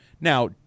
Now